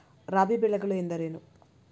ರಾಬಿ ಬೆಳೆಗಳು ಎಂದರೇನು?